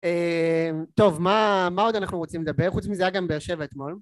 טוב, מה עוד אנחנו רוצים לדבר? חוץ מזה היה גם באר שבע אתמול